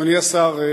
אדוני השר,